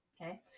Okay